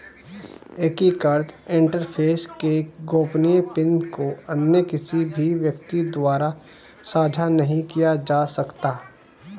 एकीकृत इंटरफ़ेस के गोपनीय पिन को अन्य किसी भी व्यक्ति द्वारा साझा नहीं किया जा सकता